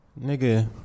Nigga